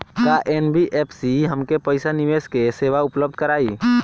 का एन.बी.एफ.सी हमके पईसा निवेश के सेवा उपलब्ध कराई?